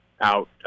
out